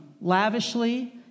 lavishly